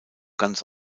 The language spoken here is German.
ganz